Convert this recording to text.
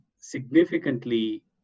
significantly